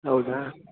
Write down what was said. ಹೌದಾ